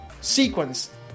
sequence